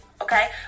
okay